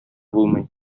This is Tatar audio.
булмый